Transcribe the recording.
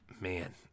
man